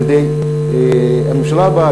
על-ידי הממשלה הבאה,